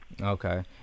Okay